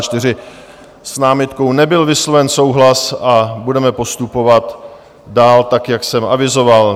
S námitkou nebyl vysloven souhlas a budeme postupovat dál tak, jak jsem avizoval.